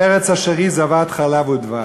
ארץ שהיא זבת חלב ודבש.